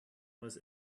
was